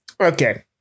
Okay